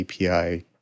API